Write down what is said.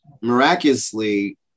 miraculously